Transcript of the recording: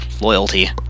loyalty